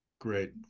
Great